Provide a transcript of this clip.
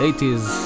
80s